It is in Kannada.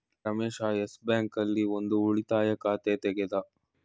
ರಮೇಶ ಯೆಸ್ ಬ್ಯಾಂಕ್ ಆಲ್ಲಿ ಒಂದ್ ಉಳಿತಾಯ ಖಾತೆ ತೆಗೆದ